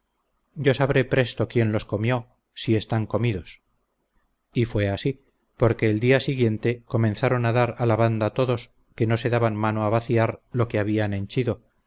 yo sabré presto quién los comió si están comidos y fue así porque el día siguiente comenzaron a dar a la banda todos que no se daban mano a vaciar lo que habían henchido